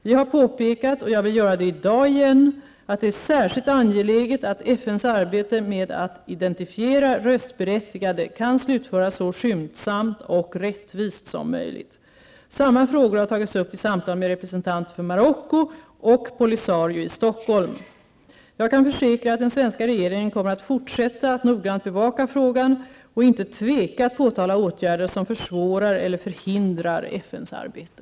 Vi har påpekat -- och jag vill göra det i dag igen -- att det är särskilt angeläget att FNs arbete med att identifiera röstberättigade kan slutföras så skyndsamt och rättvist som möjligt. Samma frågor har tagits upp i samtal med representanter för Marocko och Polisario i Jag kan försäkra att den svenska regeringen kommer att fortsätta att noggrant bevaka frågan och inte tveka att påtala åtgärder som försvårar eller förhindrar FNs arbete.